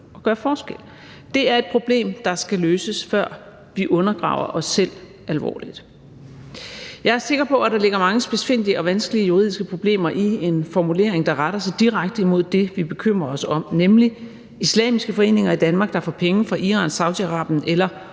Det er et problem, der skal løses, før vi undergraver os selv alvorligt. Jeg er sikker på, at der ligger mange spidsfindige og vanskelige juridiske problemer i en formulering, der retter sig direkte imod det, vi bekymrer os om, nemlig islamiske foreninger i Danmark, der får penge fra Iran og Saudi-Arabien eller